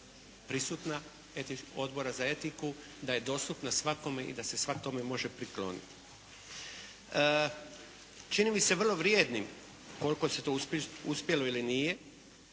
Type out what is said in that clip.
prisutna Odbora za etiku, da je dostupna svakome i da se svak tome može prikloniti. Čini mi se vrlo vrijednim koliko se to uspjelo ili nije